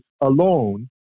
alone